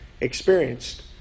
experienced